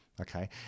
okay